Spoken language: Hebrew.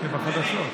זה בחדשות.